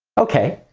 okay,